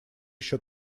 еще